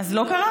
אז לא קרה?